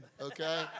Okay